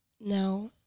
Now